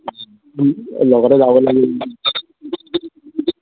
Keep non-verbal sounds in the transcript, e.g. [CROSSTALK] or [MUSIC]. [UNINTELLIGIBLE] লগতে যাব লাগিব [UNINTELLIGIBLE]